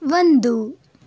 ಒಂದು